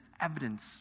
evidence